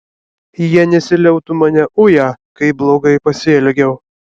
jie nesiliautų mane uję kaip blogai pasielgiau